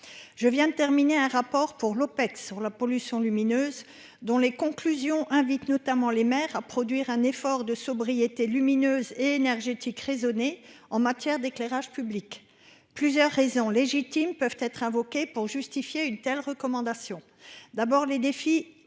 Je viens de terminer un rapport pour l'OPEP sur la pollution lumineuse, dont les conclusions invite notamment les mères à produire un effort de sobriété lumineuse et énergétique raisonner en matière d'éclairage public plusieurs raisons légitimes peuvent être invoquées pour justifier une telle recommandation. D'abord les défis